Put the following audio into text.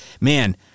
man